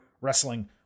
Wrestling